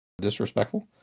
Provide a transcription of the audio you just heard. disrespectful